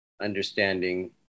understanding